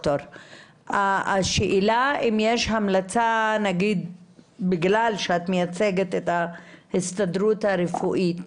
השאלה, בגלל שאת מייצגת את ההסתדרות הרפואית,